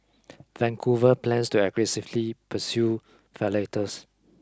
Vancouver plans to aggressively pursue violators